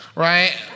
Right